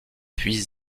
puis